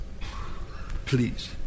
Please